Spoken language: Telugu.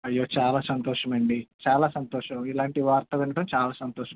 అయ్యో చాలా సంతోషం అండి చాలా సంతోషం ఇలాంటి వార్త వినడం చాలా సంతోషం